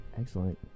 Excellent